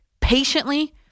patiently